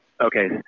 okay